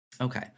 okay